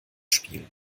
spielen